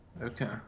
Okay